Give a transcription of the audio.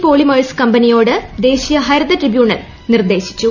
polymers കമ്പനിയോട് ദേശീയ ഹരിത ട്രിബ്യൂണൽ നിർദ്ദേശിച്ചു